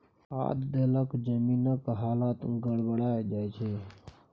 खाद देलासँ जमीनक हालत गड़बड़ा जाय छै